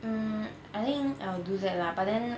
mm I think I'll do that lah but then